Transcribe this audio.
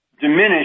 diminish